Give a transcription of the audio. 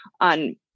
on